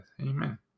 Amen